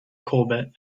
corbett